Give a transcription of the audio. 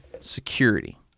security